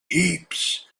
heaps